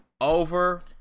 Over